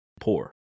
poor